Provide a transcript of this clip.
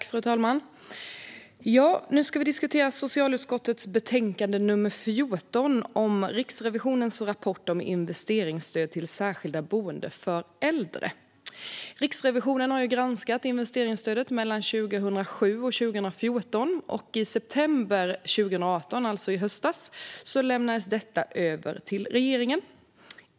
Fru talman! Vi ska nu diskutera socialutskottets betänkande nr 14 Riksrevisionens rapport om investeringsstödet till särskilda boenden för äldre . Riksrevisionen har granskat investeringsstödet 2007-2014. I september 2018 lämnades rapporten till regeringen.